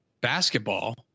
basketball